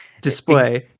display